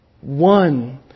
One